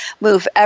move